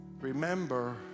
Remember